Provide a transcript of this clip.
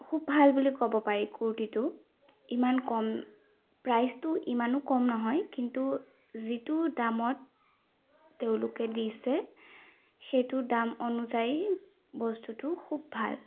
খুব ভাল বুলি ক'ব পাৰি কুৰ্তিটো ইমান কম প্ৰাইছটো ইমানো কম নহয় কিন্তু যিটো দামত তেওঁলোকে দিছে সেইটো দাম অনুযায়ী বস্তুটো খুব ভাল